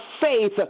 faith